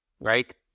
right